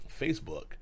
Facebook